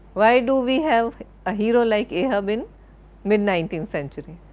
why do we have a hero like ahab in mid nineteenth century?